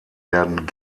werden